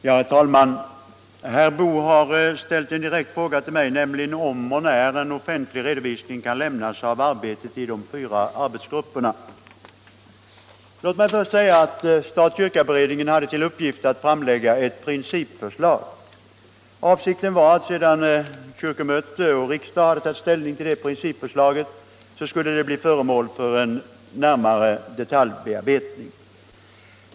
Herr talman! Herr Boo ställde den direkta frågan till mig om och när en offentlig redovisning kan lämnas av arbetet i de fyra arbetsgrupperna. Låt mig då först säga att stat-kyrka-beredningen hade till uppgift att framlägga ett principförslag. Avsikten var att sedan kyrkomötet och riksdagen hade tagit ställning till det principförslaget skulle det bli föremål för en närmare detaljbearbetning.